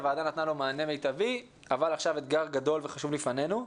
הוועדה נתנה לו מענה מיטבי אבל עכשיו אתגר גדול וחשוב לפנינו.